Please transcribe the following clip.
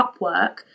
Upwork